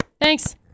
thanks